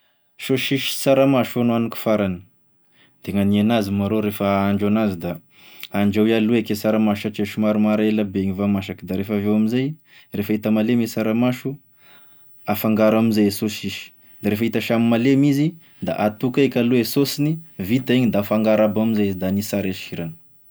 Saosisy sy saramaso e nohaniko farany, de nagnien'azy marô rehefa ahandro an'azy da andrahoy aloha eky e saramaso satria somary mare elabe igny vao masaky, da rehefa avy eo am'izay rehefa hita malemy e saramaso, afangaro am'izay e saosisy, de rehefa hita samy malemy izy da atoko eky aloha e saosiny vita igny da afangaro aby am'izay izy da hany sara e sirany.